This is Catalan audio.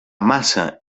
massa